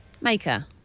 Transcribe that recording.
Maker